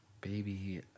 baby